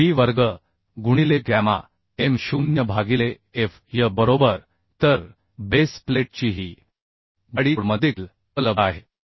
3 b वर्ग गुणिले gamma m0 भागिले f y बरोबर तर बेस प्लेटची ही जाडी कोडमध्ये देखील उपलब्ध आहे